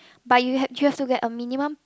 but you h~ you have to get a minimum